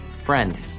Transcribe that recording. friend